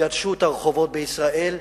גדשו את הרחובות בישראל,